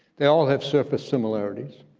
they all have surface similarities.